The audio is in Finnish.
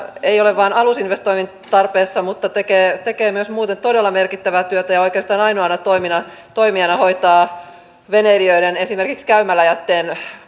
ei ole vain alusinvestointien tarpeessa vaan tekee myös muuten todella merkittävää työtä ja oikeastaan ainoana toimijana hoitaa esimerkiksi veneilijöiden käymäläjätteen